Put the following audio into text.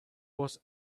was